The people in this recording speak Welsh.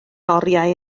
oriau